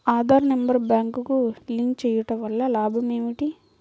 Aadhaar number బ్యాంక్నకు link చేయుటవల్ల లాభం ఏమిటి?